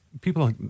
People